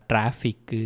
Traffic